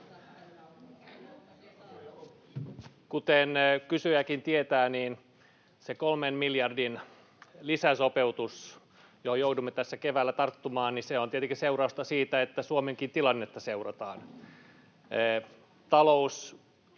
Kuten kysyjäkin tietää, niin se kolmen miljardin lisäsopeutus, johon jouduimme tässä keväällä tarttumaan, on tietenkin seurausta siitä, että Suomenkin tilannetta seurataan. Taloudesta